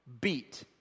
beat